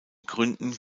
gründen